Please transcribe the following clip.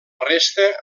resta